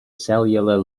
cellular